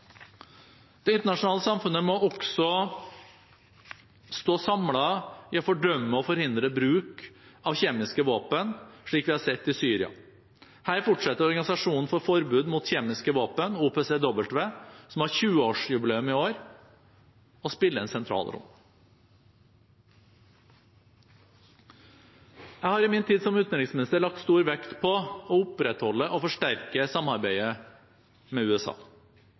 Det internasjonale samfunnet må også stå samlet i å fordømme og forhindre bruk av kjemiske våpen, slik vi har sett i Syria. Her fortsetter Organisasjonen for forbud mot kjemiske våpen, OPCW, som har 20-årsjubileum i år, å spille en sentral rolle. Jeg har i min tid som utenriksminister lagt stor vekt på å opprettholde og forsterke samarbeidet med USA.